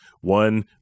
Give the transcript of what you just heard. One